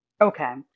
Okay